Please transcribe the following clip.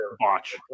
watch